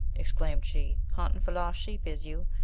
exclaimed she, hunting for lost sheep is you?